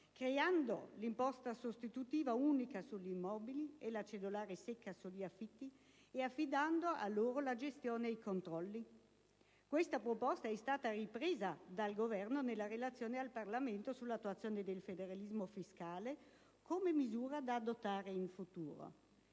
creando un'imposta sostitutiva unica sugli immobili, e la cedolare secca sugli affitti, affidando loro la gestione e i controlli? Questa proposta è stata ripresa dal Governo nella relazione al Parlamento sull'attuazione del federalismo fiscale come misura da adottare in futuro.